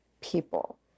people